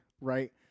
right